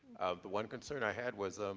the one concern i had was